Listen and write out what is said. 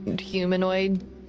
humanoid